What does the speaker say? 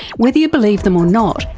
whether you believe them or not,